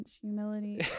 humility